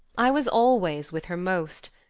i was always with her most,